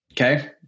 Okay